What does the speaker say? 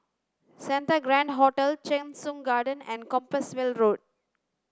Santa Grand Hotel Cheng Soon Garden and Compassvale Road